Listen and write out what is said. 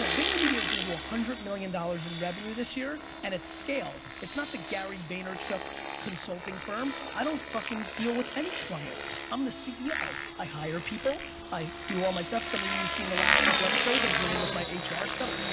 so vaynermedia's gonna do one hundred million dollars in revenue this year and it's scaled. it's not the gary vaynerchuk consulting firm. i don't fuckin' deal with any clients. i'm the ceo. i hire people i do all my stuff some of you seen the last couple episodes, i'm dealing with my ah hr stuff.